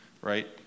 right